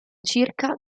circa